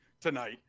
tonight